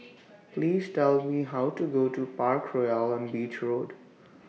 Please Tell Me How to get to Parkroyal on Beach Road